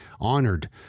honored